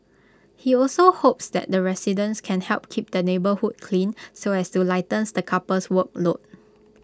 he also hopes that residents can help keep the neighbourhood clean so as to lighten the couple's workload